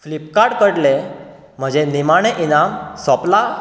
Flipkart कडले म्हजें निमाणें इनाम सोंपलां